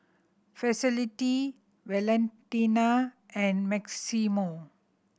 Felicity Valentina and Maximo